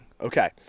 Okay